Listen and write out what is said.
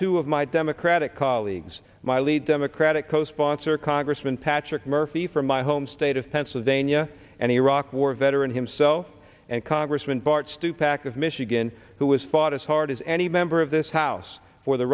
two of my democratic colleagues my lead democratic co sponsor congressman patrick murphy from my home state of pennsylvania an iraq war veteran himself and congressman bart stupak of michigan who has fought as hard as any member of this house for the